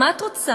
מה את רוצה?